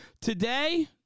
Today